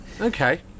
Okay